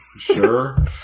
sure